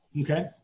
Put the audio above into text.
Okay